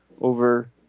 over